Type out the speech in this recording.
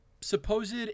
Supposed